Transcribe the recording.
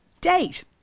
date